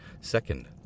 second